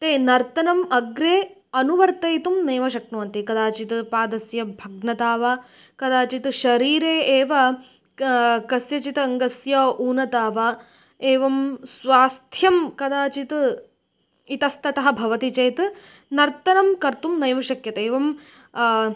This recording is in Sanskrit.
ते नर्तनम् अग्रे अनुवर्तयितुं नैव शक्नुवन्ति कदाचित् पादस्य भग्नता वा कदाचित् शरीरे एव का कस्यचित् अङ्गस्य ऊनता वा एवं स्वास्थ्यं कदाचित् इतस्ततः भवति चेत् नर्तनं कर्तुं नैव शक्यते एवं